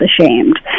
ashamed